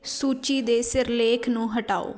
ਸੂਚੀ ਦੇ ਸਿਰਲੇਖ ਨੂੰ ਹਟਾਓ